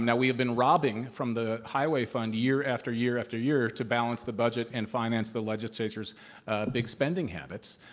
and we've been robbing from the highway fund year after year after year to balance the budget and finance the legislature's big spending habits,